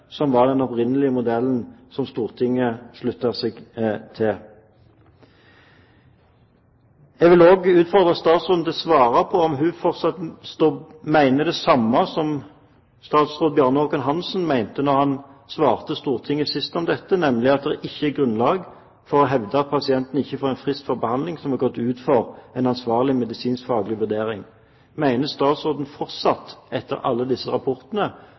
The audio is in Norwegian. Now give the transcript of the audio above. som var den opprinnelige modellen som Stortinget sluttet seg til. Jeg vil også utfordre statsråden til å svare på om hun mener det samme som statsråd Bjarne Håkon Hanssen mente da han svarte Stortinget sist om dette, nemlig at det ikke er grunnlag for å hevde at pasienten ikke får en frist for behandling som er gått ut fra en medisinsk faglig vurdering. Mener statsråden, etter alle disse rapportene,